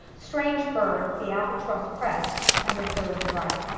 strange bird the albatross press and the third reich.